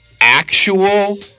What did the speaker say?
actual